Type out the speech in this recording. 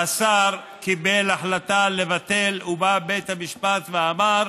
והשר קיבל החלטה לבטל, ובא בית המשפט ואמר: